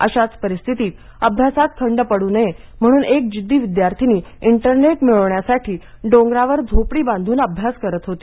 अशाच परिस्थितीत अभ्यासात खंड पडू नये म्हणून एक जिद्दी विद्यार्थिनी इंटरनेट मिळण्यासाठी डोंगरावर झोपडी बांधून अभ्यास करत होती